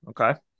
Okay